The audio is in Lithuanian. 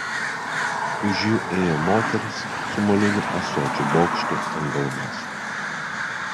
už jų ėjo moteris su molinių ąsočių bokštu ant galvos